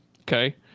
okay